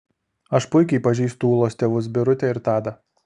aš puikiai pažįstu ūlos tėvus birutę ir tadą